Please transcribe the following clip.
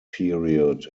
period